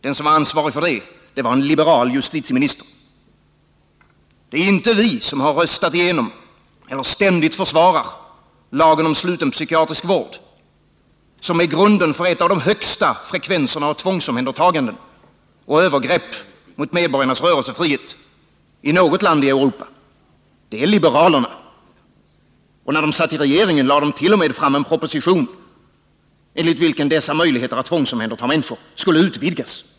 Det var en liberal justitieminister som var ansvarig för det. Det är inte vi som har röstat igenom eller ständigt försvarar lagen om sluten psykiatrisk vård, som är grunden för en av de högsta frekvenserna i Europa av tvångsomhändertaganden och övergrepp mot medborgarnas rörelsefrihet — utan det är liberalerna. Och när liberalerna hade regeringsmakten lade de t.o.m. fram en proposition enligt vilken dessa möjligheter att tvångsomhänderta människor skulle utvidgas.